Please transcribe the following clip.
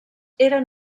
eren